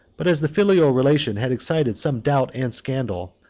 but as the filial relation had excited some doubt and scandal,